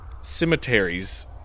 cemeteries